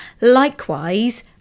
Likewise